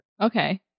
Okay